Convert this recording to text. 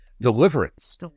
Deliverance